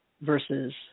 versus